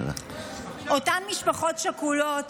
אותן משפחות שכולות